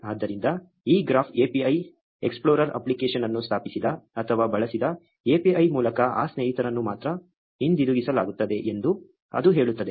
ಆದ್ದರಿಂದ ಈ graph API explorer application ಅನ್ನು ಸ್ಥಾಪಿಸಿದ ಅಥವಾ ಬಳಸಿದ API ಮೂಲಕ ಆ ಸ್ನೇಹಿತರನ್ನು ಮಾತ್ರ ಹಿಂತಿರುಗಿಸಲಾಗುತ್ತದೆ ಎಂದು ಅದು ಹೇಳುತ್ತದೆ